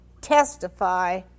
testify